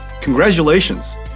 Congratulations